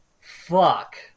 Fuck